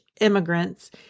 immigrants